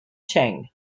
cheng